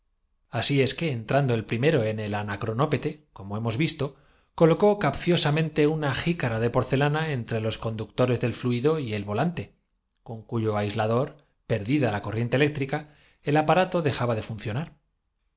así es que entrando el primero en el bajaron á la bodega pero aunque permanecieron allí anacronópete como hemos visto colocó capciosa más de quince minutos no volvieron á oir los marti mente una jicara de llazos que no obstante se porcelana entre los conductores reprodujeron apenas resti del fluido y el volante con tuidos á sus habitaciones cuyo aislador perdida la corriente eléctrica el aparato dejaba de funcionar es